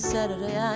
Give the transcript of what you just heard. Saturday